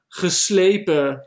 geslepen